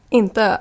inte